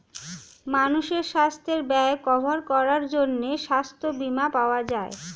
মানুষের সাস্থের ব্যয় কভার করার জন্যে সাস্থ বীমা পাওয়া যায়